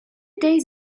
days